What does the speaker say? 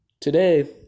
Today